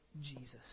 Jesus